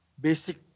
basic